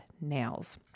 nails